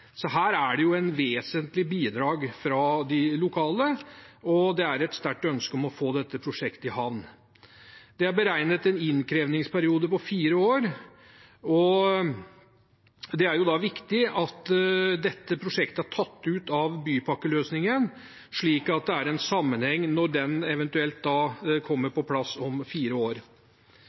Så her er det et vesentlig bidrag fra de lokale, og det er et sterkt ønske om å få dette prosjektet i havn. Det er beregnet en innkrevingsperiode på fire år. Det er da viktig at dette prosjektet er tatt ut av bypakkeløsningen, slik at det er en sammenheng når den eventuelt kommer på plass om fire år.